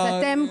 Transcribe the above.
אז אתם,